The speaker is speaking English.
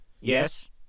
Yes